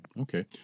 Okay